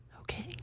Okay